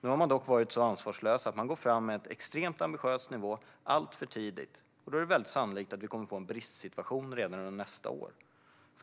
Nu är man dock så ansvarslös att man går fram med ett extremt ambitiöst mål, alltför tidigt. Då är det väldigt sannolikt att vi kommer att få en bristsituation redan under nästa år.